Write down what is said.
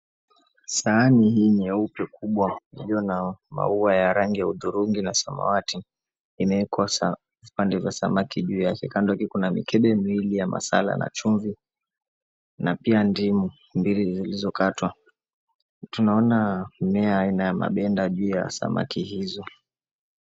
Sahani hii nyeupe kubwa iliyo na maua ya rangi ya hudhurungi na samawati, imeekwa pande za samaki juu yake. Kando yake kuna mikebe miwili ya saladi na chumvi na pia ndimu mbili zilizokatwa. Tunaona mimea aina ya mabenda juu ya samaki hizo.